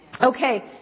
Okay